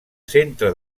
centre